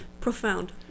Profound